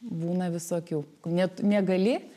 būna visokių net negali